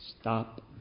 stop